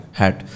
hat